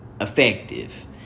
effective